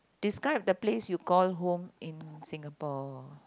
describe the place you call home in Singapore